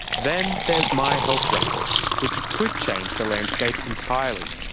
then there's my health record, which could change the landscape entirely.